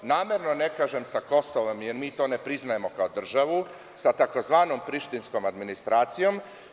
Namerno ne kažem sa Kosovom, jer mi to ne priznajemo kao državu, sa tzv. prištinskom administracijom.